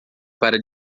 para